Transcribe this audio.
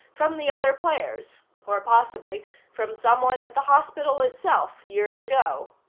from the other players or possibly from someone at the hospital itself, years ago.